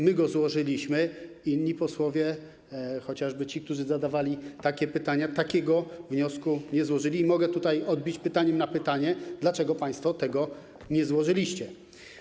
My go złożyliśmy, inni posłowie - chociażby ci, którzy zadawali takie pytania - takiego wniosku nie złożyli i mogę tutaj odbić pytaniem na pytanie, dlaczego państwo tego nie złożyliście.